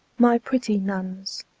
my pretty nuns,